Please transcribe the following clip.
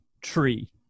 tree